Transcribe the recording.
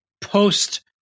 post